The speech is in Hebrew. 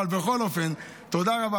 אבל בכל אופן, תודה רבה.